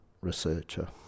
researcher